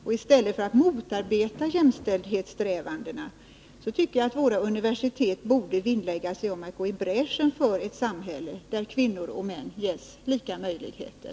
Jag tycker att våra universitet i stället för att motarbeta jämställdhetssträvanden borde vinnlägga sig om att gå i bräschen för ett samhälle där kvinnor och män ges lika möjligheter.